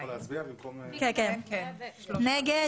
מי נגד?